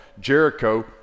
Jericho